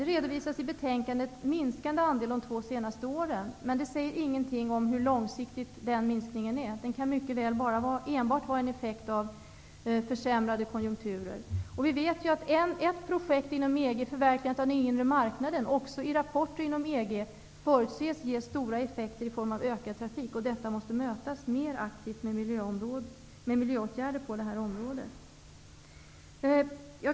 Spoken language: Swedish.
Det redovisas i betänkandet att andelen minskat de två senaste åren, men det säger ingenting om hur långsiktig den minskningen är. Den kan mycket väl enbart vara en effekt av försämrade konjunkturer. Vi vet att ett projekt inom EG, förverkligandet av den inre marknaden, också i rapporter inom EG förutses ge stora effekter i form av ökad trafik. Detta måste mötas mer aktivt med miljöåtgärder på detta område.